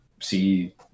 see